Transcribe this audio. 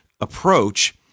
approach